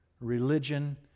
religion